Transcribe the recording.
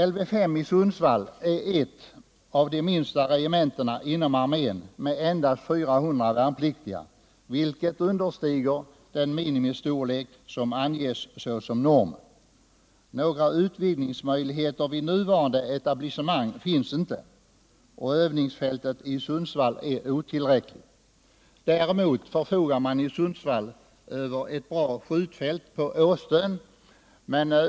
Lv 5 i Sundsvall är ett av de minsta regementena inom armén med endast 400 värnpliktiga, vilket understiger den minimistorlek som anges såsom norm. Några utvidgningsmöjligheter vid nuvarande etablissemang finns inte, och övningsfältet i Sundsvall är otillräckligt. Däremot förfogar man i Sundsvall över ett bra skjutfält på Åstön.